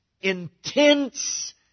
intense